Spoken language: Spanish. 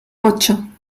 ocho